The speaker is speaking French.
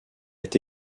est